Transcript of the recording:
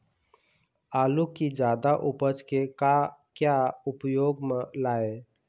आलू कि जादा उपज के का क्या उपयोग म लाए?